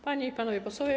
Panie i Panowie Posłowie!